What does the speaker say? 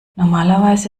normalerweise